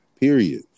Period